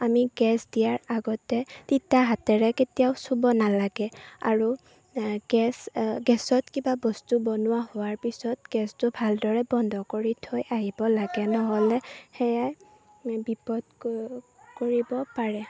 আমি গেছ দিয়াৰ আগতে তিতা হাতেৰে কেতিয়াও চুব নালাগে আৰু গেছ গেছত কিবা বস্তু বনোৱা হোৱাৰ পিছত গেছটো ভালদৰে বন্ধ কৰি থৈ আহিব লাগে নহ'লে সেয়াই বিপদ ক কৰিব পাৰে